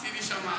עשיתי שם,